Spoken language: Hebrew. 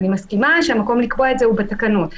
אני מסכימה שהמקום לקבוע את זה הוא בתקנות,